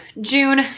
June